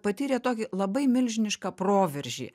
patyrė tokį labai milžinišką proveržį